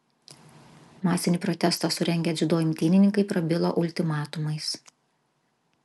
masinį protestą surengę dziudo imtynininkai prabilo ultimatumais